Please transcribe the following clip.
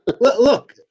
Look